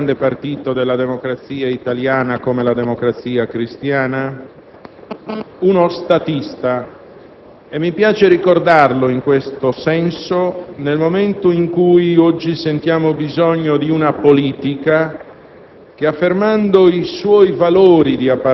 un capo storico di quello che è stato un grande partito della democrazia italiana come la Democrazia Cristiana, uno statista. Mi piace ricordarlo in questo senso nel momento in cui oggi sentiamo il bisogno di una politica